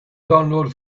download